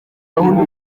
gahunda